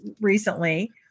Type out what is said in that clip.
recently